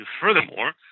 Furthermore